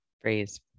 phrase